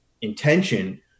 intention